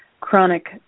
chronic